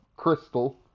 Crystal